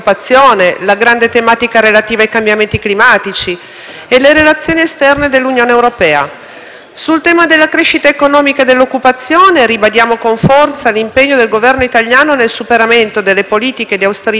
Sul tema della crescita economica e dell'occupazione ribadiamo con forza l'impegno del Governo italiano nel superamento delle politiche di austerità europee, causa delle ricette economiche fallimentari adottate dai precedenti esecutivi.